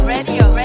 Radio